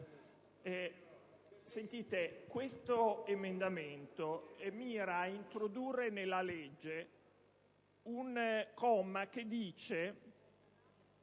Questo emendamento mira a introdurre nella legge un comma secondo